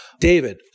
David